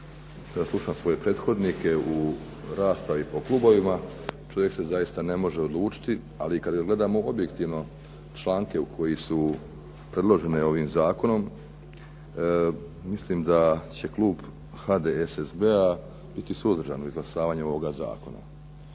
slušam svoje prethodnike u raspravi po klubovima čovjek se zaista ne može odlučiti, ali kada gledamo objektivno članke u koji su predložene ovim zakonom mislim da će klub HDSSB-a biti suzdržan u izglasavanju ovoga zakona.